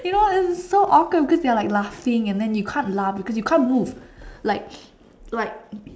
you know what it's like so awkward because they're like laughing and then you can't laugh because you can't move